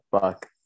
fuck